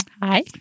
Hi